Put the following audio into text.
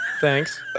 Thanks